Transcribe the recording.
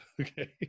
Okay